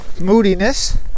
moodiness